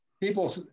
people